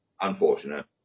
unfortunate